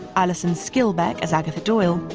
alison skilbeck as agatha doyle,